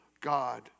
God